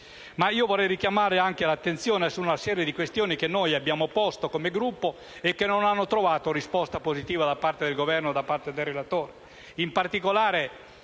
Vorrei richiamare l'attenzione anche su una serie di questioni che abbiamo posto come Gruppo e che non hanno trovato risposta positiva da parte del Governo e del relatore.